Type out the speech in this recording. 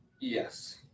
Yes